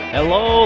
Hello